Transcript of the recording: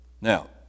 Now